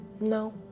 No